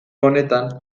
honetan